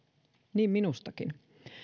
niin minustakin